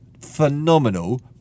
phenomenal